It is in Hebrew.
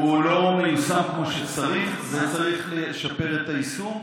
הוא לא מיושם כמו שצריך, וצריך לשפר את היישום.